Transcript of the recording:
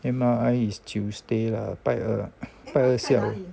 M_R_I is tuesday lah 拜二拜二下午